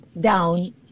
down